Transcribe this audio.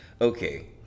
Okay